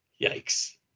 yikes